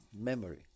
memory